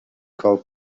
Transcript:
call